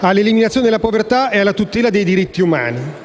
all'eliminazione della povertà e alla tutela dei diritti umani.